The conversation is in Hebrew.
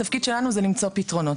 התפקיד שלנו זה למצוא פתרונות.